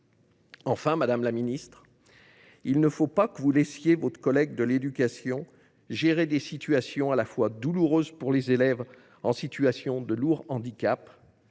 Enfin, madame la ministre, ne laissez pas votre collègue de l’éducation nationale gérer des situations à la fois douloureuses pour les élèves en situation de lourd handicap,